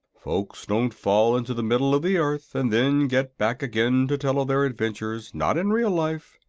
folks don't fall into the middle of the earth and then get back again to tell of their adventures not in real life.